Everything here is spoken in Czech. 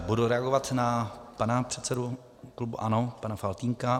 Budu reagovat na pana předsedu klubu ANO pana Faltýnka.